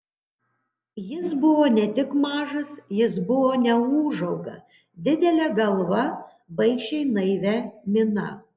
jis buvo ne tik mažas jis buvo neūžauga didele galva baikščiai naivia mina